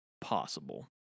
possible